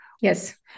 Yes